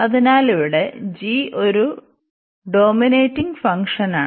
അതിനാൽ ഇവിടെ g ഒരു ഡോമിനേറ്റിംഗ് ഫംഗ്ഷനാണ്